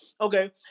Okay